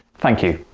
thank you.